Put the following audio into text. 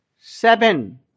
Seven